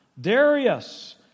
Darius